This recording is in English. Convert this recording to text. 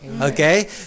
okay